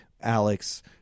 Alex